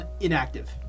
inactive